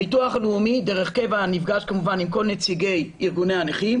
הביטוח הלאומי דרך קבע נפגש כמובן עם כל נציגי ארגוני הנכים.